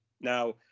Now